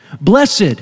Blessed